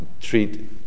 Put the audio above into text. treat